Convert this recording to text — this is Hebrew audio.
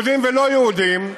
יהודים ולא-יהודים,